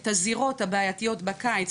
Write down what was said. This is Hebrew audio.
את הזירות הבעייתיות בקיץ,